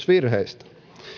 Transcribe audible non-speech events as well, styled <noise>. <unintelligible> virheistä